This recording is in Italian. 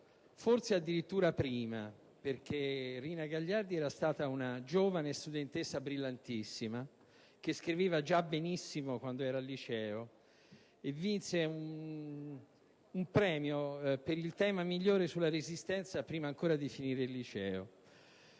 forse addirittura prima, perché Rina Gagliardi fu una studentessa giovane e brillantissima che scriveva già benissimo quando era al liceo e che vinse un premio per il tema migliore sulla Resistenza prima ancora di terminare